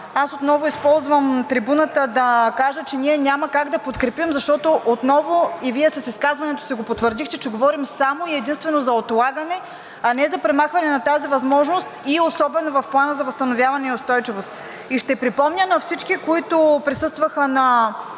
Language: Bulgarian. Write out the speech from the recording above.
аз отново използвам трибуната да кажа, че ние няма как да подкрепим, защото отново – и Вие с изказването си го потвърдихте, говорим само и единствено за отлагане, а не за премахване на тази възможност, особено в Плана за възстановяване и устойчивост. Ще припомня на всички, които присъстваха на